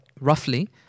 roughly